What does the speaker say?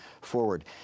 forward